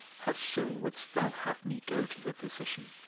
how soon wouldst thou have me go to the physician,